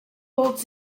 holds